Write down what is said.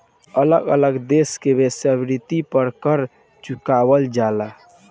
अलग अलग देश में वेश्यावृत्ति पर कर चुकावल जाला